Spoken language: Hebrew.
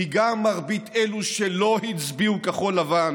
כי גם מרבית אלו שלא הצביעו כחול לבן